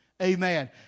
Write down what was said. Amen